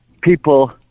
people